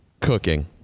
Cooking